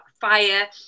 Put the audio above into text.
fire